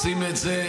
עושים את זה,